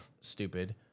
Stupid